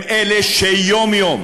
הם אלה שיום-יום